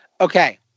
Okay